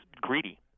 greedy